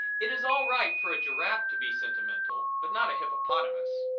it is all right for a giraffe to be sentimental, but not a hippopotamus.